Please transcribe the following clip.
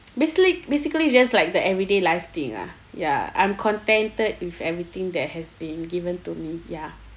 basically basically just like the everyday life thing ah ya I'm contented with everything that has been given to me ya